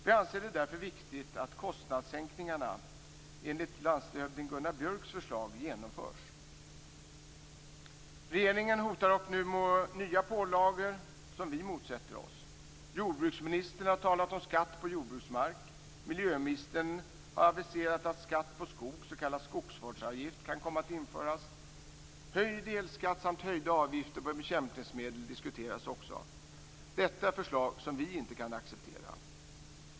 Vi anser det därför viktigt att kostnadssänkningarna enligt landshövding Regeringen hotar nu med nya pålagor, som vi motsätter oss. Jordbruksministern har talat om skatt på jordbruksmark. Miljöministern har aviserat att skatt på skog. s.k. skogsvårdsavgift, kan komma att införas. Höjd elskatt samt höjda avgifter på bekämpningsmedel diskuteras också. Detta är förslag som vi inte kan acceptera.